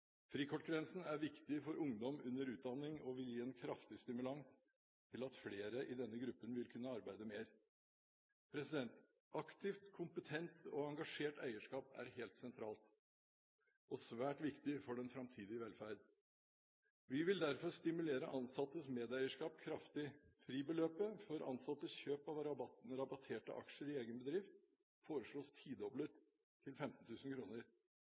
Frikortgrensen er viktig for ungdom under utdanning og vil gi en kraftig stimulans til at flere i denne gruppen vil kunne arbeide mer. Aktivt, kompetent og engasjert eierskap er helt sentralt og svært viktig for den framtidige velferd. Vi vil derfor stimulere ansattes medeierskap kraftig. Fribeløpet for ansattes kjøp av rabatterte aksjer i egen bedrift foreslås tidoblet, til